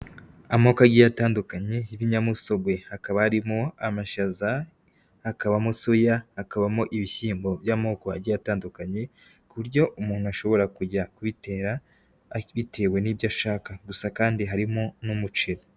Amoko agiye atandukanye y'ibinyamusogwe, hakaba harimo amashaza, hakabamo soya, hakabamo ibishyimbo by'amoko agiye atandukanye, ku buryo umuntu ashobora kujya kubitera bitewe n'ibyo ashaka gusa kandi harimo n'umuceri.